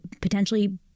potentially